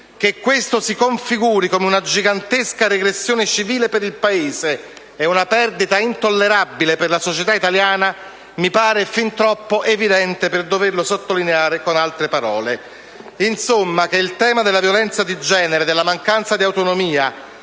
Che questo si configuri come una gigantesca regressione civile per il Paese e una perdita intollerabile per la società italiana mi pare fin troppo evidente per doverlo sottolineare con altre parole. Insomma, il fatto che il tema della violenza di genere, della mancanza di autonomia,